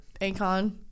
akon